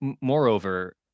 moreover